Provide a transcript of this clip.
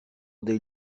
des